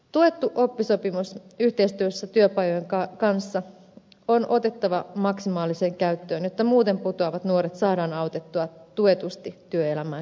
tuettu oppisopimus yhteistyössä työpajojen kanssa on otettava maksimaaliseen käyttöön jotta muuten putoavat nuoret saadaan autettua tuetusti työelämään kiinni